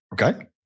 Okay